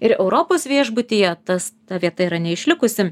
ir europos viešbutyje tas ta vieta yra neišlikusi